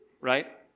Right